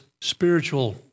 spiritual